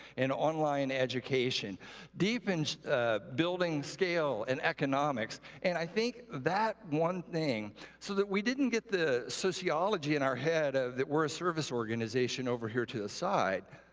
and online education deep in and building scale and economics. and i think that one thing so that we didn't get the sociology in our head ah that we're a service organization over here to the side,